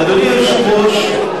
אדוני היושב-ראש,